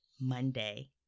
Monday